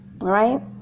Right